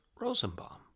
Rosenbaum